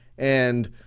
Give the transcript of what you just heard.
and,